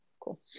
Cool